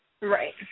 right